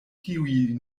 tiuj